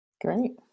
Great